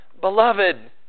Beloved